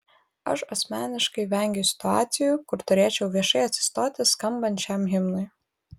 aš asmeniškai vengiu situacijų kur turėčiau viešai atsistoti skambant šiam himnui